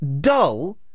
dull